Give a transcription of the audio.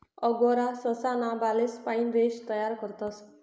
angora ससा ना बालेस पाइन रेशे तयार करतस